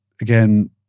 again